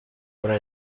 obra